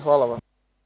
Hvala vam.